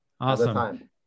Awesome